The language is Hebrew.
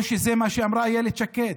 או שזה מה שאמרה אילת שקד,